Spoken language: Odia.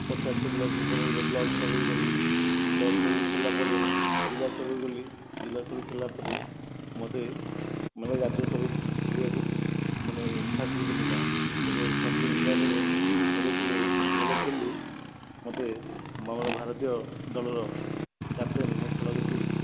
ପଞ୍ଚାୟତ ଲେବୁଲ୍ ପରେ ଗୋଟେ ବ୍ଲକ୍ ସ୍ଥରକୁ ଗଲି ବ୍ଲକ୍ ସ୍ଥରରେ ଖେଳିଲା ପରେ ଜିଲ୍ଲା ସ୍ଥରକୁ ଗଲି ଜିଲ୍ଲା ସ୍ତରରେ ଖେଳିଲା ପରେ ମୋତେ ମିଳିଲା ରାଜ୍ୟ ସ୍ତରରେ ଖେଳିବାକୁ ମାନେ ଫ୍ୟାସିଲିଟି ମିଳିଲା ତେବେ ଫ୍ୟାସିଲିଟି ମିଳିଲା ପରେ ସେଥିରେ ଭଲ ଖେଳିଲି ମୋତେ ଆମର ଭାରତୀୟ ଦଳର କ୍ୟାପ୍ଟେନ୍ ମୋ ଖେଳ ଦେଖି